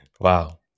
Wow